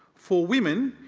for women,